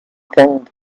thinged